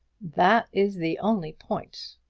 that is the only point,